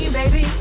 baby